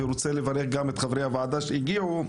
אני רוצה לברך גם את חברי הוועדה שהגיעו,